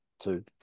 two